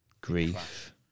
grief